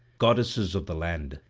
goddesses of the land,